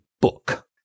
book